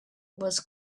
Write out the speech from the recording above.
was